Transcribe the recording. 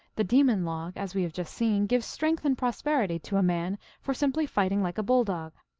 the demon log, as we have just seen, gives strength and prosperity to a man for simply fighting like a bull-dog.